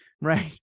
Right